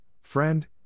friend